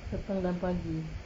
petang dan pagi